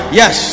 yes